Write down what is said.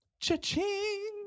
Cha-ching